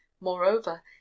Moreover